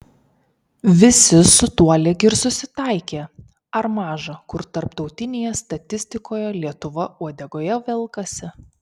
visi su tuo lyg ir susitaikė ar maža kur tarptautinėje statistikoje lietuva uodegoje velkasi